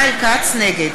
נגד